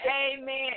Amen